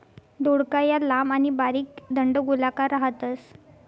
दौडका या लांब आणि बारीक दंडगोलाकार राहतस